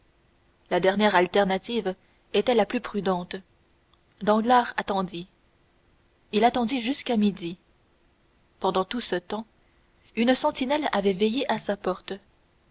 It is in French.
la dernière alternative était la plus prudente danglars attendit il attendit jusqu'à midi pendant tout ce temps une sentinelle avait veillé à sa porte